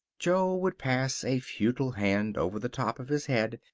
jo would pass a futile hand over the top of his head,